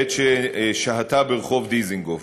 בעת ששהתה ברחוב דיזינגוף.